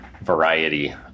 variety